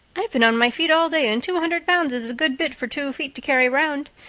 i've been on my feet all day, and two hundred pounds is a good bit for two feet to carry round.